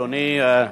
תודה רבה, אדוני.